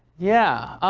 yeah.